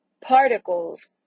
particles